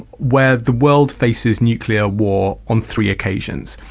where the world faces nuclear war on three occasions.